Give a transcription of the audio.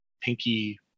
pinky